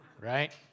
Right